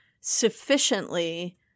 sufficiently